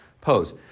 pose